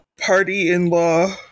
Party-in-law